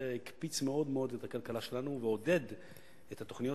זה הקפיץ מאוד מאוד את הכלכלה שלנו ועודד את התוכניות